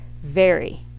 vary